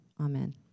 Amen